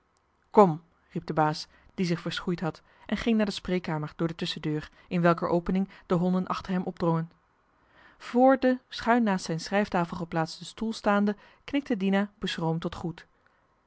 kom riep de baas die zich verschoeid had en ging naar de spreekkamer door de tusschendeur in welker opening de honden achter hem opdrongen vr den schuin naast zijn schrijftafel geplaatsten stoel staande knikte dina beschroomd tot groet